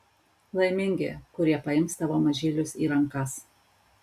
laimingi kurie paims tavo mažylius į rankas